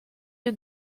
you